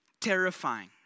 terrifying